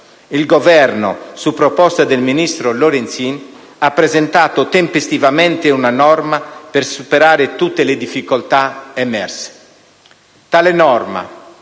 il Governo, su proposta del ministro Lorenzin, ha presentato tempestivamente una norma per superare tutte le difficoltà emerse. Tale norma,